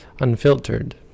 unfiltered